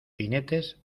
jinetes